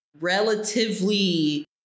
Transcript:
relatively